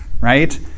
right